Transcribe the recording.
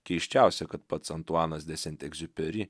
keisčiausia kad pats antuanas de sent egziuperi